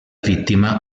vittima